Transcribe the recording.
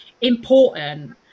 important